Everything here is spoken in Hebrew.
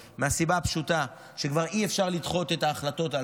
מהסיבה הפשוטה שכבר אי-אפשר לדחות את ההחלטות הללו.